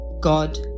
God